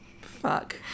Fuck